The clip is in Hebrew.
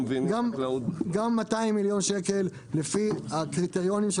גם 200 מיליון שקל לפי הקריטריונים של